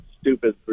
stupid